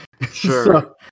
Sure